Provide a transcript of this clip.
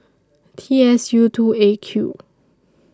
T S U two A Q